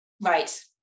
Right